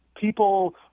people